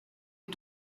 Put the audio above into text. est